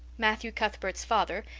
matthew cuthbert's father,